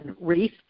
wreath